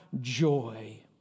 joy